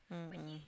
mm mm